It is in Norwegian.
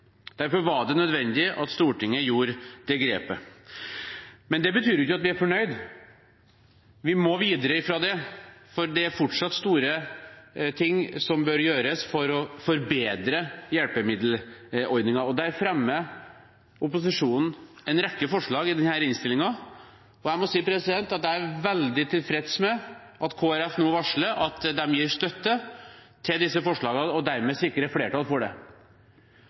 Derfor var det nødvendig at Stortinget tok det grepet. Men det betyr ikke at vi er fornøyd. Vi må videre, for det er fortsatt store ting som bør gjøres for å forbedre hjelpemiddelordningen. Der fremmer opposisjonen en rekke forslag i denne innstillingen. Jeg må si jeg er veldig tilfreds med at Kristelig Folkeparti nå varsler at de gir støtte til disse forslagene, og dermed sikrer flertall for